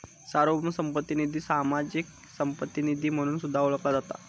सार्वभौम संपत्ती निधी, सामाजिक संपत्ती निधी म्हणून सुद्धा ओळखला जाता